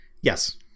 Yes